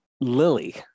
Lily